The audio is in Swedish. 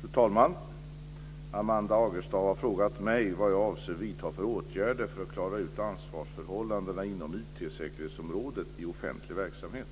Fru talman! Amanda Agestav har frågat mig vad jag avser vidta för åtgärder för att klara ut ansvarsförhållandena inom IT-säkerhetsområdet i offentlig verksamhet.